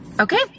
Okay